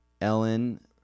Ellen